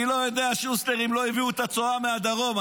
אני לא יודע, שוסטר, אם לא הביאו את הצואה מהדרום.